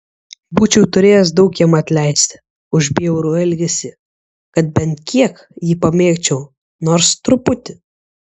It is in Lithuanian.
būčiau turėjęs daug jam atleisti už bjaurų elgesį kad bent kiek jį pamėgčiau nors truputį